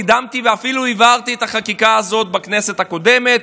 קידמתי ואפילו העברתי את החקיקה הזאת בכנסת הקודמת.